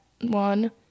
one